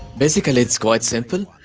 basically it's quite simple.